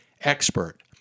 expert